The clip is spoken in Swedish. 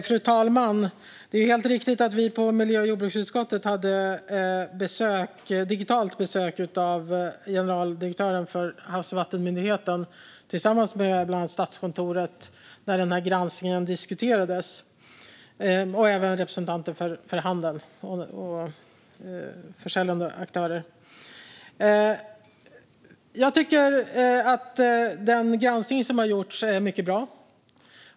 Fru talman! Det är helt riktigt att vi på miljö och jordbruksutskottet hade digitalt besök av generaldirektören för Havs och vattenmyndigheten tillsammans med bland annat Statskontoret samt representanter för handeln och försäljande aktörer när den här granskningen diskuterades. Jag tycker att den granskning som har gjorts är mycket bra.